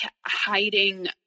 hiding